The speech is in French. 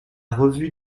revue